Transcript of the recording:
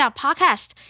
podcast